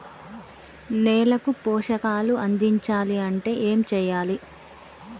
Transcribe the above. నేలకు పోషకాలు అందించాలి అంటే ఏం చెయ్యాలి?